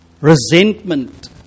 resentment